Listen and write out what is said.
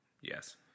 yes